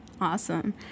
Awesome